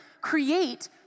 create